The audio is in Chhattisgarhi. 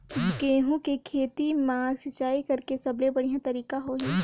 गंहू के खेती मां सिंचाई करेके सबले बढ़िया तरीका होही?